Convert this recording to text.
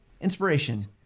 Inspiration